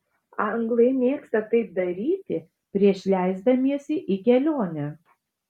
anglai mėgsta taip daryti prieš leisdamiesi į kelionę